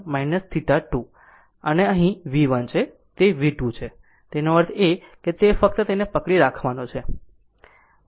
આમ તેનો અર્થ એ કે તે ફક્ત તેનો અર્થ પકડી રાખવાનો છે